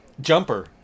Jumper